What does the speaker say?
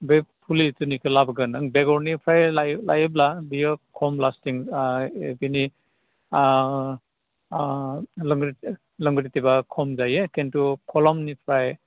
बे फुलिखिनिखौ लाबोगोन नों बेगरनिफ्राय लायोब्ला बियो खम लास्थिं बेनि आह लिंगुरथिबा खम जायो खिन्थु खलमनिफ्राय